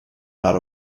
not